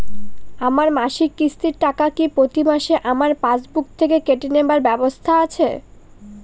আমার মাসিক কিস্তির টাকা কি প্রতিমাসে আমার পাসবুক থেকে কেটে নেবার ব্যবস্থা আছে?